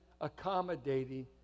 accommodating